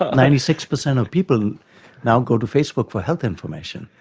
ah ninety six percent of people now go to facebook for health information.